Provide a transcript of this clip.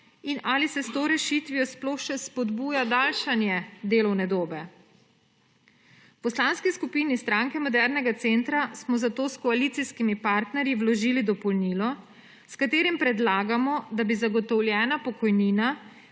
in ali se s to rešitvijo sploh še spodbuja daljšanje delovne dobe? V Poslanski skupini Stranke modernega centra smo zato s koalicijskimi partnerji vložili dopolnilo, s katerim predlagamo, da bi zagotovljena pokojnina